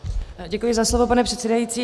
Děkuji za slovo, pane předsedající.